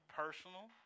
personal